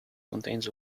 contains